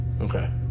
Okay